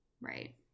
Right